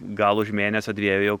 gal už mėnesio dviejų